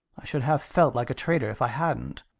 i should have felt like a traitor if i hadn't.